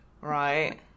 Right